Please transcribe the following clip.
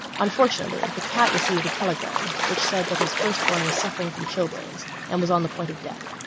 unfortunately the cat received a telegram which said that his first-born was suffering from chilblains and was on the point of death.